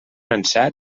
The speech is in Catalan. ansat